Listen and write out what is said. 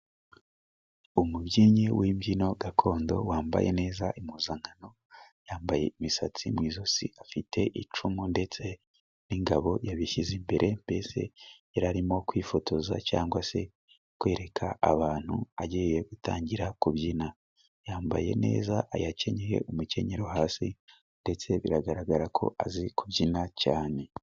Umubyinnyi wimbyino gakondo wambaye neza impuzankano. Yambaye imisatsi mu ijosi, afite icumu ndetse n'ingabo. Yabishyize imbere, mbese yararimo kwifotoza cyangwa se kwereka abantu agiye gutangira kubyina. Yambaye neza, yakenyeye umukenyero hasi ndetse biragaragara ko azi kubyina cyane.